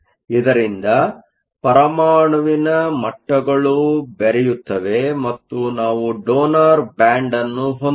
ಇದರಿಂದ ಪರಮಾಣುವಿನ ಮಟ್ಟಗಳು ಬೆರೆಯುತ್ತವೆ ಮತ್ತು ನಾವು ಡೋನರ್ ಬ್ಯಾಂಡ್ ಅನ್ನು ಹೊಂದುತ್ತೇವೆ